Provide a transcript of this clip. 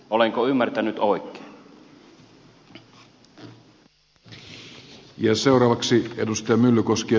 olenko ymmärtänyt oikein